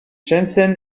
jensen